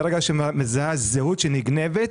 ברגע שהיא מזהה זהות שנגנבת,